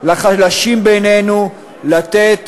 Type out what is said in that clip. לחלשים בינינו לתת